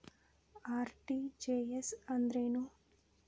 RTGS ಅಂದ್ರೇನು?